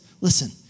Listen